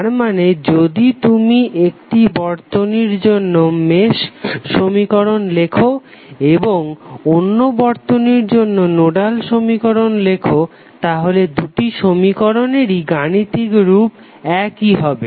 তারমানে যদি তুমি একটি বর্তনীর জন্য মেশ সমীকরণ লেখো এবং অন্য বর্তনীর জন্য নোডাল সমীকরণ লেখো তাহলে দুটি সমীকরণেরই গাণিতিক রূপ একই হবে